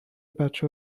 بچه